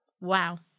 Wow